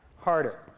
harder